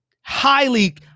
highly